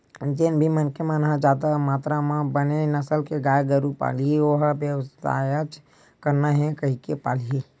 जेन भी मनखे मन ह जादा मातरा म बने नसल के गाय गरु पालही ओ ह बेवसायच करना हे कहिके पालही